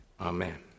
Amen